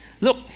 look